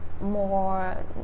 more